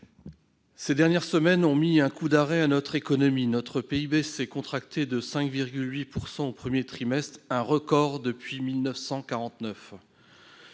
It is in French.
ces dernières semaines ont mis un coup d'arrêt à notre économie. Notre PIB s'est contracté de 5,8 % au premier trimestre, un record depuis 1949.